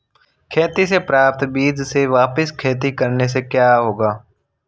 खेती से प्राप्त बीज से वापिस खेती करने से क्या होगा?